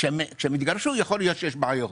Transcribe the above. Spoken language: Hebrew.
כשהם התגרשו, יכול להיות שיש בעיות